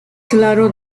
claro